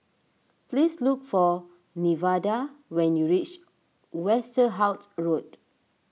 please look for Nevada when you reach Westerhout Road